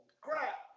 crap